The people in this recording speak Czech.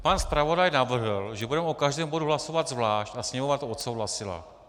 Pan zpravodaj navrhl, že budeme o každém bodu hlasovat zvlášť, a Sněmovna to odsouhlasila.